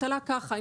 האבטלה היא כך וכך,